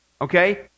Okay